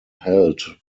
held